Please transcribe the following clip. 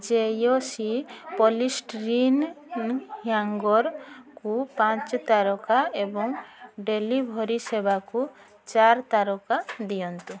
ଜେୟସୀ polystyrene ହ୍ୟାଙ୍ଗର୍କୁ ପାଞ୍ଚ ତାରକା ଏବଂ ଡେଲିଭରି ସେବାକୁ ଚାରି ତାରକା ଦିଅନ୍ତୁ